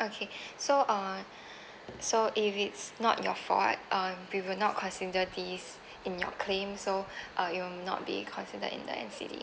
okay so uh so if it's not your fault um we will not consider this in your claim so uh it will not be considered in the N_C_D